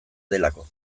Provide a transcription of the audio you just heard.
delako